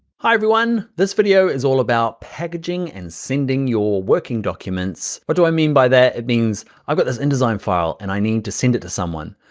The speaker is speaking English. hi, everyone, this video is all about packaging and sending your working documents. what do i mean by that? it means, i've got this indesign file and i need to send it to someone,